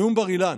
נאום בר-אילן.